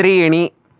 त्रीणि